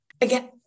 again